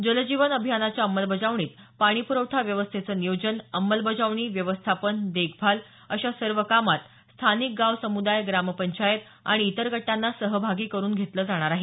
जलजीवन अभियानाच्या अंमलबजावणीत पाणीप्रवठा व्यवस्थेचं नियोजन अंमलबजावणी व्यवस्थापन देखभाल अशा सर्व कामात स्थानिक गाव समुदाय ग्रामपंचायत आणि इतर गटांना सहभागी करुन घेतलं जाणार आहे